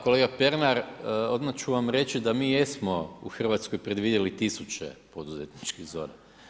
Kolega Pernar, odmah ću vam reći da mi jedno u Hrvatskoj predvidjeli 1000 poduzetničkih zona.